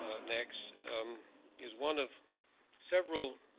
next is one of several